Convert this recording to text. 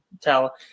tell